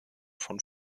von